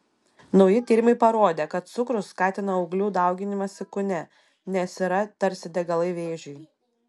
nauji tyrimai parodė kad cukrus skatina auglių dauginimąsi kūne nes yra tarsi degalai vėžiui